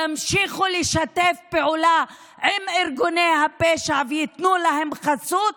ימשיכו לשתף פעולה עם ארגוני הפשע וייתנו להם חסות,